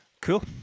Cool